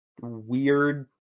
weird